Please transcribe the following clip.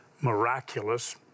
miraculous